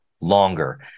longer